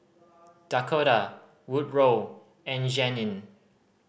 Dakotah Woodroe and Jeannine